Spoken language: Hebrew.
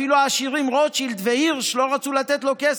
אפילו העשירים רוטשילד והירש לא רצו לתת לו כסף.